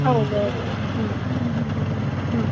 ಹೌದ್ ಹೌದು ಹ್ಞೂ ಹ್ಞೂ